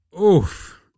Oof